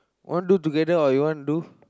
want do together or you want to do